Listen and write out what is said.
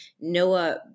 Noah